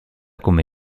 come